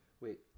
Wait